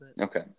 Okay